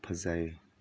ꯐꯖꯩ